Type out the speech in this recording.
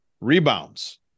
Rebounds